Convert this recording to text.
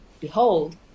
behold